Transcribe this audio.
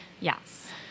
Yes